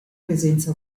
presenza